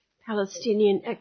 Palestinian